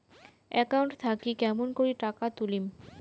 Account থাকি কেমন করি টাকা তুলিম?